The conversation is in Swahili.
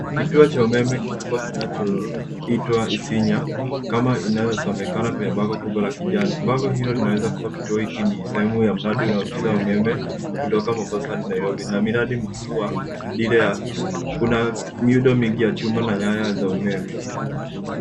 Kituo cha umeme kikubwa kinachoitwa isinya, kama inavyosomekana kwenye bango kubwa la kijani. Bango hilo linaweza kuwa kituo hiki ni sehemu ya mradi unaopita umeme kutoka Mombasa hadi Nairobi na miradi muhimu wa dira ya. Kuna miundo mingi ya chuma na nyaya za umeme.